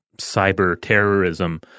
cyber-terrorism